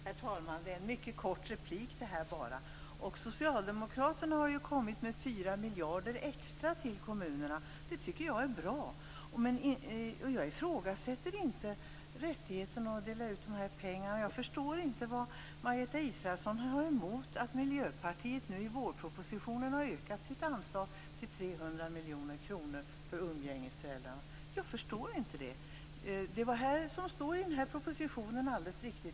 Herr talman! Detta är bara en mycket kort replik. Socialdemokraterna vill anslå 4 miljarder extra till kommunerna. Det tycker jag är bra. Jag ifrågasätter inte rättigheten att dela ut dessa pengar. Jag förstår inte att Margareta Israelsson kan ha någonting emot att Miljöpartiet i anslutning till vårpropostionen vill öka sitt anslag till 300 miljoner kronor för umgängesföräldrar. Jag förstår inte det. Det som står i den här propositionen är alldeles riktigt.